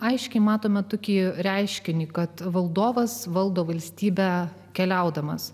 aiškiai matome tokį reiškinį kad valdovas valdo valstybę keliaudamas